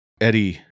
Eddie